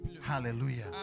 hallelujah